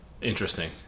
Interesting